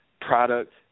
product